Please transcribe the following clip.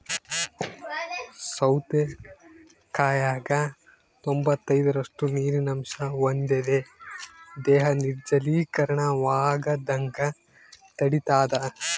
ಸೌತೆಕಾಯಾಗ ತೊಂಬತ್ತೈದರಷ್ಟು ನೀರಿನ ಅಂಶ ಹೊಂದಿದೆ ದೇಹ ನಿರ್ಜಲೀಕರಣವಾಗದಂಗ ತಡಿತಾದ